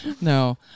No